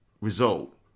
result